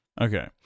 okay